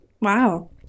Wow